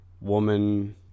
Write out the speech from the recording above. Woman